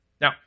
Now